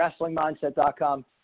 wrestlingmindset.com